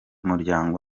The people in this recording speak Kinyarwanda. muryango